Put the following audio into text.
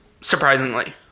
surprisingly